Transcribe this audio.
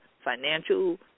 financial